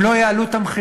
הם לא יעלו את המחירים?